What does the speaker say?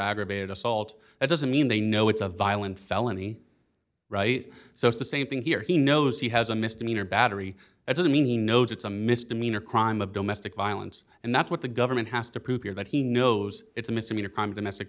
aggravated assault that doesn't mean they know it's a violent felony right so it's the same thing here he knows he has a misdemeanor battery it doesn't mean no to it's a misdemeanor crime of domestic violence and that's what the government has to prove here that he knows it's a misdemeanor